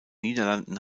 niederlanden